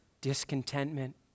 discontentment